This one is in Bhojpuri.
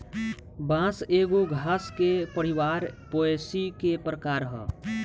बांस एगो घास के परिवार पोएसी के प्रकार ह